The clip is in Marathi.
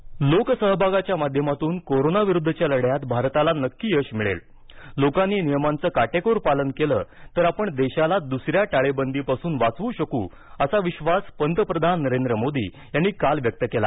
पंतप्रधान लोकसहभागाच्या माध्यमातून कोरोना विरुद्धच्या लढ्यात भारताला नक्की यश मिळेल लोकांनी नियमांचं काटेकोर पालन केलं तर आपण देशाला दुसऱ्या टाळेबंदीपासून वाचवू शकू असा विश्वास पंतप्रधान नरेंद्र मोदी यांनी काल व्यक्त केला